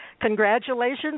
Congratulations